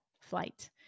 flight